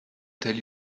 tell